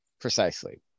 Precisely